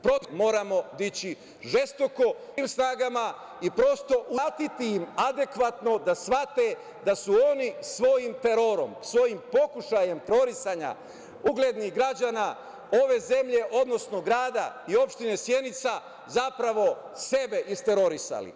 Protiv toga se moramo dići žestoko, svim snagama i prosto im uzvratiti adekvatno, da shvate da su oni svojim terorom, svojim pokušajem terorisanja uglednih građana ove zemlje, odnosno grada i opštine Sjenica zapravo sebe isterorisali.